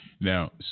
Now